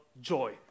joy